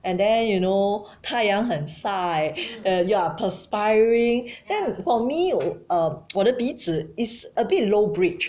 and then you know 太阳很晒 then you are perspiring then for me 我 uh 我的鼻子 is a bit low bridge